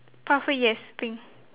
pathway yes pink